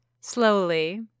Slowly